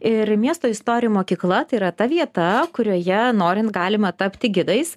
ir miesto istorijų mokykla tai yra ta vieta kurioje norint galima tapti gidais